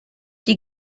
die